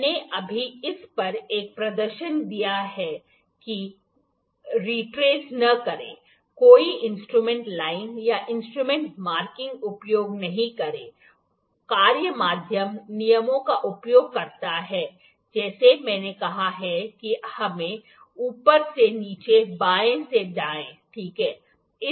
मैंने अभी इस पर एक प्रदर्शन दिया है कि रिट्रेस न करें कोई इंटरमिटेंट लाइन या इंटरमिटेंट मार्किंग उपयोग नहीं करें कार्य अध्ययन नियमों का उपयोग करता है जैसे मैंने कहा कि हमें ऊपर से नीचे बाएं से दाएं ठीक है